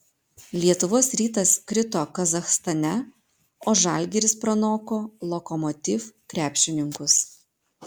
lietuvos rytas krito kazachstane o žalgiris pranoko lokomotiv krepšininkus